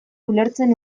ulertzen